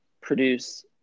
produce